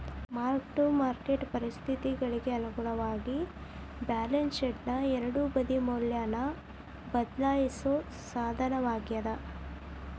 mark to market ಪರಿಸ್ಥಿತಿಗಳಿಗಿ ಅನುಗುಣವಾಗಿ balance ಶೇಟ್ನ ಎರಡೂ ಬದಿ ಮೌಲ್ಯನ ಬದ್ಲಾಯಿಸೋ ಸಾಧನವಾಗ್ಯಾದ